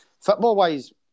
football-wise